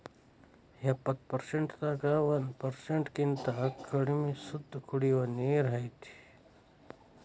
ಎಪ್ಪತ್ತು ಪರಸೆಂಟ್ ದಾಗ ಒಂದ ಪರಸೆಂಟ್ ಕಿಂತ ಕಡಮಿ ಶುದ್ದ ಕುಡಿಯು ನೇರ ಐತಿ